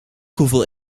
hoeveel